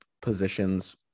positions